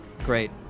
Great